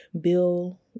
Bill